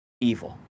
evil